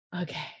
okay